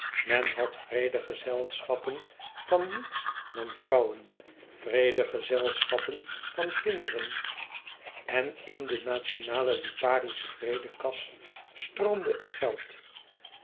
men had vrede gezelschappen van niets dan vrouwen vrede gezelschappen van kinderen in de nationale liparische vrede kas stroomde het geld